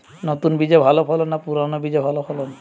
নতুন বীজে ভালো ফলন না পুরানো বীজে ভালো ফলন?